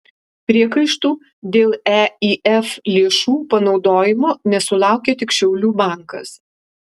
priekaištų dėl eif lėšų panaudojimo nesulaukė tik šiaulių bankas